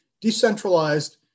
decentralized